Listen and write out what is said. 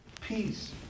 Peace